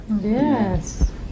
Yes